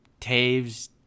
Taves